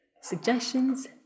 suggestions